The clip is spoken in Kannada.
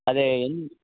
ಅದೆ ಎಲ್ಲಿ